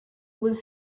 with